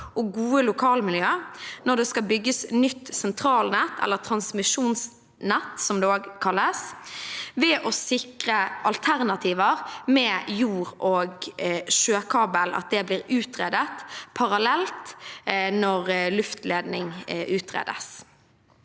og gode lokalmiljø når det skal bygges nytt sentralnett – eller transmisjonsnett, som det også kalles – ved å sikre at alternativer med jord- og sjøkabel blir utredet parallelt når luftledning utredes.